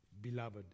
beloved